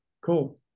cool